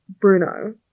Bruno